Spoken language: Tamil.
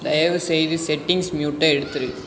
தயவுசெய்து செட்டிங்ஸ் மியூட்டை எடுத்திடு